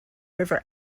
river